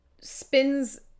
spins